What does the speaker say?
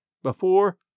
before